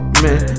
man